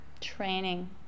Training